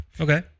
Okay